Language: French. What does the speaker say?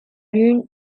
lune